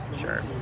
Sure